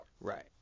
Right